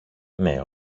ναι